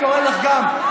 אני קורא לך גם,